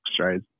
right